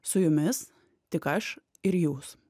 su jumis tik aš ir jūs